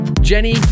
Jenny